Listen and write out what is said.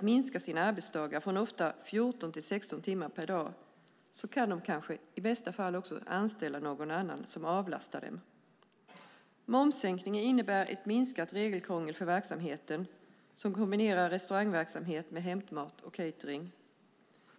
minska sina arbetsdagar från ofta 14-16 timmar per dag och i bästa fall i stället anställa någon som avlastar dem. Momssänkningen innebär ett minskat regelkrångel för verksamheter som kombinerar restaurangverksamhet med hämtmat och catering.